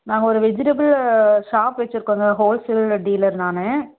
நாங்கள் ஒரு vegetable shop வச்சிருக்கோங்க ஹோல் செல்லர் டீலர் நான்